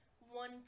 one